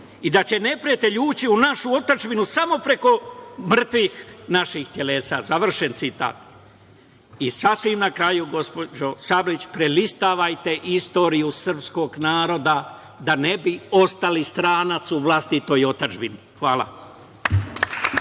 i da će neprijatelj ući u našu otadžbinu samo preko mrtvih naših telesa“, završen citat.I, sasvim na kraju, gospođo Sablić, prelistavajte istoriju srpskog naroda, da ne bi ostali stranac u vlastitoj otadžbini. Hvala.